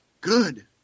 good